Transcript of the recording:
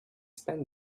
spent